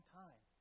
time